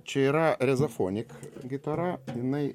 čia yra rezofonik gitara jinai